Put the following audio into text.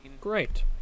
great